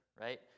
right